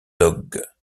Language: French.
dogue